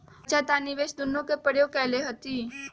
हम बचत आ निवेश दुन्नों में धन के प्रयोग कयले हती